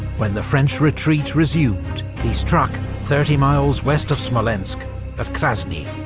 when the french retreat resumed, he struck thirty miles west of smolensk at krasny.